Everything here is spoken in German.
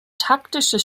taktische